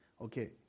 Okay